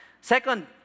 Second